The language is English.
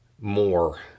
more